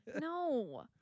no